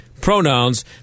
pronouns